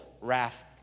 wrath